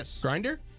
Grinder